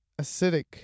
acidic